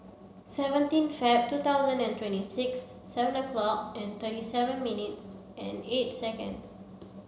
seventeen Feb two thousand and twenty six seven o'lock and twenty seven minutes and eighth seconds